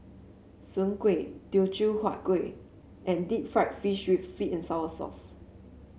Soon Kueh Teochew Huat Kuih and Deep Fried Fish with sweet and sour sauce